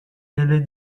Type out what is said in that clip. delle